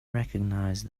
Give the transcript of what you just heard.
recognize